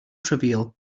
trivial